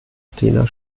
athener